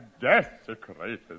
desecrated